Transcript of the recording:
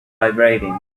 vibrating